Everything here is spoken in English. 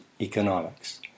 economics